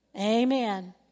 Amen